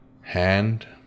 hand